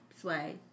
Sway